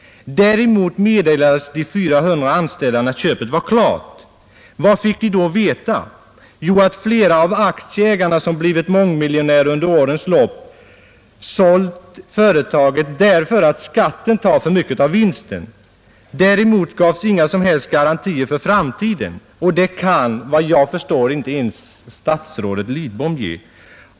Däremot meddelades de 400 anställda när köpet var klart. Vad fick de då veta? Jo, att flera av aktieägarna, som blivit mångmiljonärer under årens lopp, sålt företaget därför att skatten tar för mycket av vinsten. Däremot gavs inga som helst garantier för framtiden, och några sådana garantier kan, vad jag förstår, inte ens statsrådet Lidbom ge.